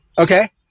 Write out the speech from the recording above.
Okay